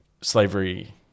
slavery